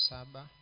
Saba